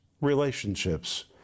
relationships